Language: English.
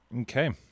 Okay